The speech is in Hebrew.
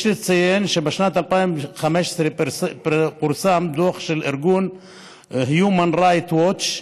יש לציין שבשנת 2015 פורסם דוח של ארגון Human Rights Watch,